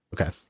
Okay